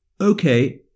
Okay